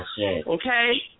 okay